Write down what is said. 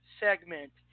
segment